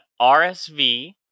RSV